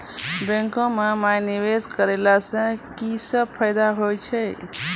बैंको माई निवेश कराला से की सब फ़ायदा हो छै?